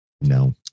No